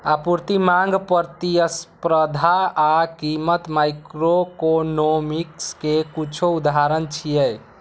आपूर्ति, मांग, प्रतिस्पर्धा आ कीमत माइक्रोइकोनोमिक्स के किछु उदाहरण छियै